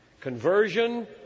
Conversion